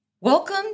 Welcome